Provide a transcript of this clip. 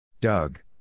Doug